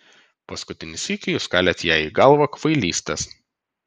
paskutinį sykį jūs kalėt jai į galvą kvailystes